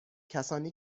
کسانی